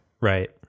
right